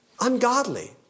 Ungodly